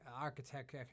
architect